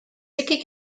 vicky